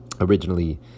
Originally